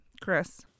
chris